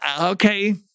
Okay